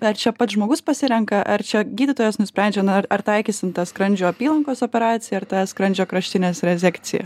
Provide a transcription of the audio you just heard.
ar čia pats žmogus pasirenka ar čia gydytojas nusprendžia na ar ar taikysim tą skrandžio apylankos operaciją ar tą skrandžio kraštinės rezekciją